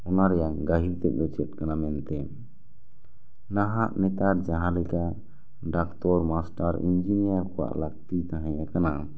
ᱚᱱᱟ ᱨᱮᱭᱟᱜ ᱜᱟᱹᱦᱤᱨ ᱛᱮᱫ ᱫᱚ ᱪᱮᱫ ᱠᱟᱱᱟ ᱢᱮᱱᱛᱮ ᱱᱟᱦᱟᱜ ᱱᱮᱛᱟᱨ ᱡᱟᱦᱟᱸ ᱞᱮᱠᱟ ᱰᱟᱠᱛᱚᱨ ᱢᱟᱥᱴᱟᱨ ᱤᱱᱡᱤᱱᱤᱭᱟᱨ ᱠᱚᱣᱟᱜ ᱞᱟᱹᱠᱛᱤ ᱛᱟᱦᱮᱸ ᱟᱠᱟᱱᱟ